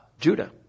Judah